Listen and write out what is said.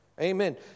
Amen